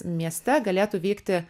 mieste galėtų vykti